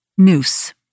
noose